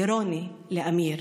לרוני לאמיר